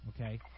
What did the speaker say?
Okay